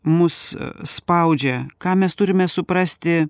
mus spaudžia ką mes turime suprasti